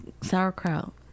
sauerkraut